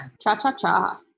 Cha-cha-cha